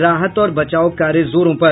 राहत और बचाव कार्य जोरों पर